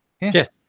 Yes